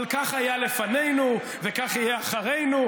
אבל כך היה לפנינו וכך יהיה אחרינו.